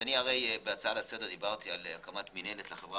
בהצעה לסדר דיברתי על הקמת מינהלת לחברה